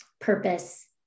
purpose